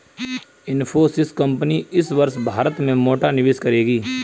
Infosys company इस वर्ष भारत में मोटा निवेश करेगी